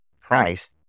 price